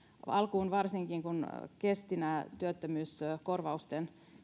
alkuun varsinkin kun nämä työttömyyskorvausten